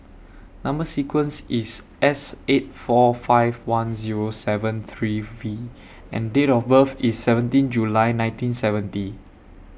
Number sequence IS S eight four five one Zero seven three V and Date of birth IS seventeen July nineteen seventy